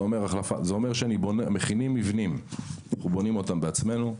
זה אומר שמכינים מבנים, אנחנו בונים אותם בעצמנו,